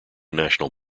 national